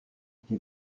qui